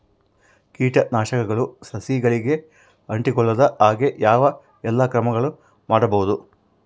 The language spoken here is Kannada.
ಕೇಟನಾಶಕಗಳು ಸಸಿಗಳಿಗೆ ಅಂಟಿಕೊಳ್ಳದ ಹಾಗೆ ಯಾವ ಎಲ್ಲಾ ಕ್ರಮಗಳು ಮಾಡಬಹುದು?